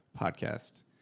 podcast